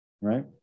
right